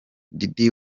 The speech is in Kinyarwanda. diddy